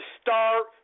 start